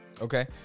Okay